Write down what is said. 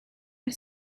are